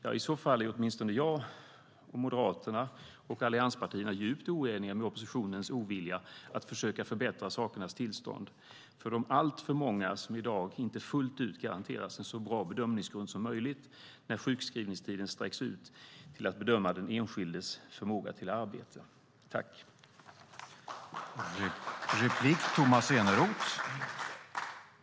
I så fall är åtminstone jag, Moderaterna och allianspartierna, djupt oeniga med oppositionens ovilja att försöka förbättra sakernas tillstånd för de alltför många som i dag inte fullt ut garanteras en så bra bedömningsgrund som möjligt för att bedöma den enskildes förmåga till arbete när sjukskrivningstiden sträcks ut.